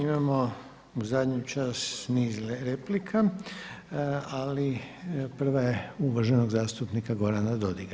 Imamo u zadnji čas niz replika, ali prva je uvaženog zastupnika Gorana Dodiga.